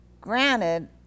granted